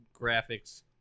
graphics